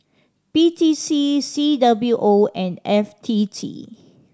P T C C W O and F T T